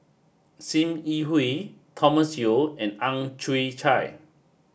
Sim Yi Hui Thomas Yeo and Ang Chwee Chai